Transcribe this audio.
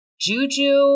Juju